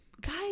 guys